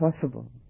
possible